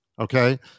okay